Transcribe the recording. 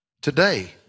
Today